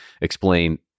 explain